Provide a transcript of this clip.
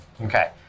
Okay